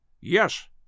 Yes